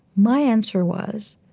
my answer was,